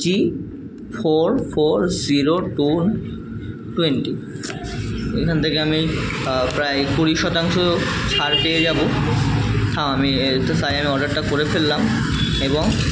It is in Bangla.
জি four four zero two twenty এখান থেকে আমি প্রায় কুড়ি শতাংশ ছাড় পেয়ে যাবো থাম আমি এএই তো সাই আমি অর্ডারটা করে ফেললাম এবং